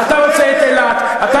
אתה רוצה את אשקלון.